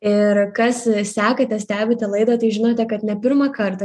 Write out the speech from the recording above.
ir kas sekate stebite laidą tai žinote kad ne pirmą kartą